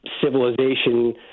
civilization